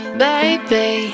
baby